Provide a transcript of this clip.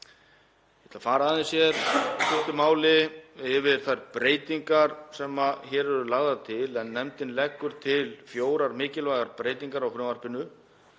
að fara í stuttu máli yfir þær breytingar sem hér eru lagðar til en nefndin leggur til fjórar mikilvægar breytingar á frumvarpinu.